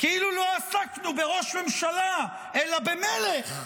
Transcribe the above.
כאילו לא עסקנו בראש ממשלה, אלא במלך,